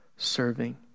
serving